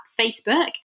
Facebook